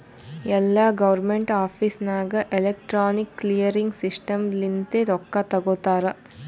ಎಲ್ಲಾ government office ನಾಗ್ electronic clearing system ಲಿಂತೆ ರೊಕ್ಕಾ ತೊಗೋತಾರ